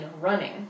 running